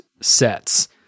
sets